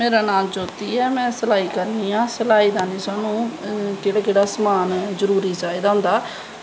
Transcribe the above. मेरा नांऽ ज्योती ऐ में सलाई करनी आं सलाई करनें गी स्हानू केह्ड़े केह्ड़ा समान जरूरी चाही दा होंदा